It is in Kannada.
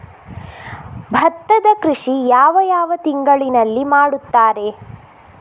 ಭತ್ತದ ಕೃಷಿ ಯಾವ ಯಾವ ತಿಂಗಳಿನಲ್ಲಿ ಮಾಡುತ್ತಾರೆ?